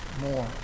more